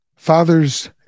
Fathers